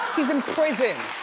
he's in prison!